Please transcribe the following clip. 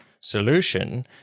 solution